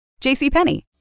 JCPenney